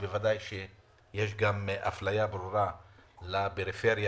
יש אפליה ברורה של הפריפריה,